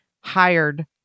hired